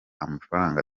amafaranga